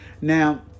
Now